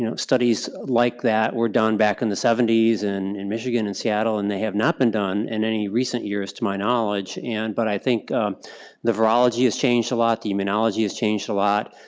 you know studies like that were done back in the seventy s in in michigan and seattle and they have not been done in any recent years to my knowledge, and but i think the virology has changed a lot, the immunology has changed a lot,